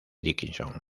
dickinson